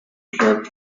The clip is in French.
club